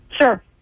Sure